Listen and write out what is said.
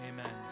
amen